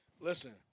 listen